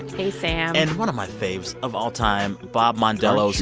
hey, sam and one of my faves of all time, bob mondello,